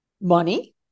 Money